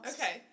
Okay